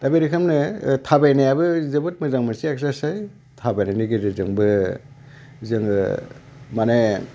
दा बिदि खालामनो थाबायनायाबो जोबोद मोजां मोनसे एक्सारसायस थाबायनायनि गेजेरजोंबो जोङो माने